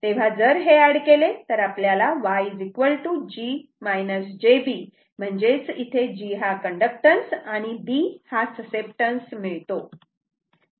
तेव्हा जर हे एड केले तर आपल्याला Yg j b म्हणजेच इथे g हा कण्डक्टॅन्स आणि b हा ससेप्टन्स मिळतो